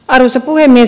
arvoisa puhemies